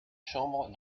chambres